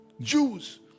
Jews